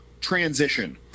transition